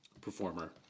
performer